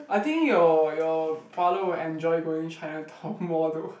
I think your your father will enjoy going Chinatown more though